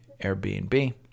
Airbnb